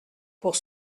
pour